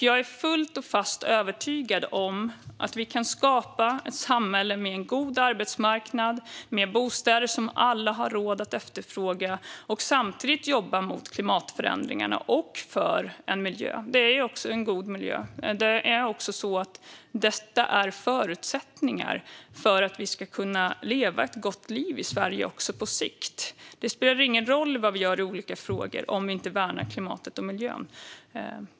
Jag är fullt och fast övertygad om att vi kan skapa ett samhälle med en god arbetsmarknad och bostäder som alla har råd att efterfråga och samtidigt jobba mot klimatförändringarna och för en god miljö. Detta är förutsättningar för att vi ska kunna leva ett gott liv i Sverige också på sikt. Det spelar ingen roll vad vi gör i olika frågor om vi inte värnar klimatet och miljön.